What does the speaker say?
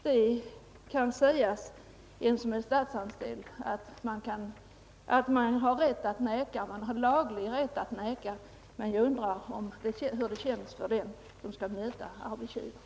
Det kan sägas till en som är statsanställd att man har laglig rätt att vägra, men jag undrar hur det känns för dem som själva skall möta arbetsgivaren.